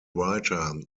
writer